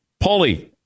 Paulie